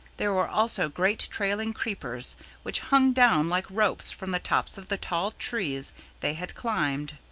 there were also great trailing creepers which hung down like ropes from the tops of the tall trees they had climbed.